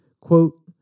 Quote